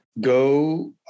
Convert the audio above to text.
go